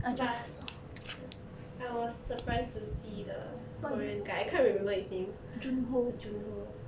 but I was surprised to see the korean guy I can't remember his name jun ho